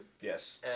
Yes